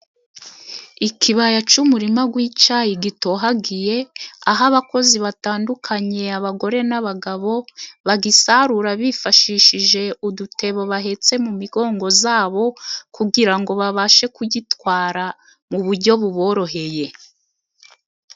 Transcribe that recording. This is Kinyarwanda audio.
Ikibaya c'umurima gw'icayi gitohagiye, aho abakozi batandukanye; abagore n'abagabo bagisarura bifashishije udutebo bahetse mu migongo zabo, kugira ngo babashe kugitwara mu buryo buboroheye.